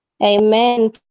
Amen